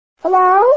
Hello